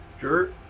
Sure